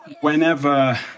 whenever